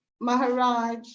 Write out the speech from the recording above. maharaj